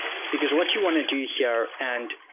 because what you want to do here and,